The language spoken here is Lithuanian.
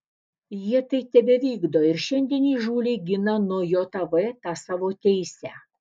jie tai tebevykdo ir šiandien įžūliai gina nuo jav tą savo teisę